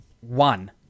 one